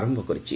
ଆରମ୍ଭ କରିଛି